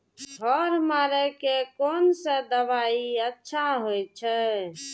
खर मारे के कोन से दवाई अच्छा होय छे?